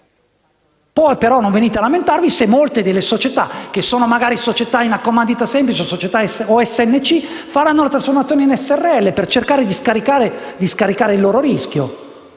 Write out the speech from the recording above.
Poi, però, non venite a lamentarvi se molte delle società, magari in accomandita semplice o Snc faranno la trasformazione in Srl per cercare di scaricare il loro rischio.